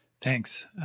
Thanks